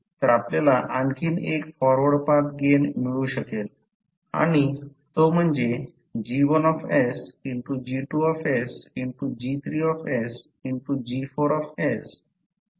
तर आपल्याला आणखी एक फॉरवर्ड पाथ गेन मिळू शकेल आणि तो म्हणजे G1sG2sG3sG4sG6sG7